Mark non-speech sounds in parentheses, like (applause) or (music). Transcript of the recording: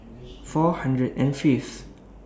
(noise) four hundred and Fifth